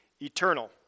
eternal